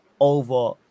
over